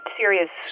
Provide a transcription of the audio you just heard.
serious